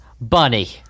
Bunny